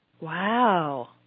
Wow